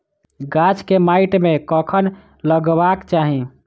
गाछ केँ माइट मे कखन लगबाक चाहि?